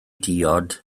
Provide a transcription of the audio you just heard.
diod